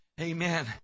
Amen